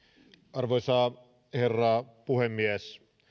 arvoisa herra puhemies